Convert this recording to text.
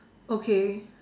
okay